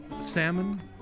salmon